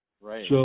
Right